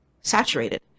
saturated